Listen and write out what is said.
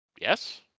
Yes